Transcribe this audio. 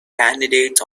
candidates